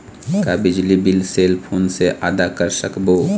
का बिजली bill cell phone से आदा कर सकबो?